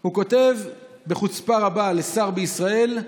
הוא כותב בחוצפה רבה לשר בישראל,